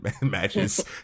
matches